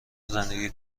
زندگی